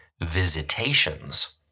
visitations